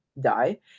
die